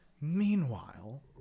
Meanwhile